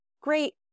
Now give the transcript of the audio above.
great